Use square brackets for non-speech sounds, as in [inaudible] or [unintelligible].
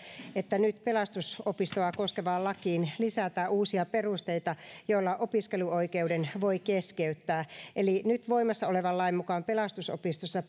että nyt pelastusopistoa koskevaan lakiin lisätään uusia perusteita joilla opiskeluoikeuden voi keskeyttää eli nyt voimassa olevan lain mukaan pelastusopistossa [unintelligible]